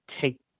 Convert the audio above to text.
take